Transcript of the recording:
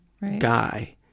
guy